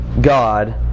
God